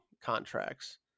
contracts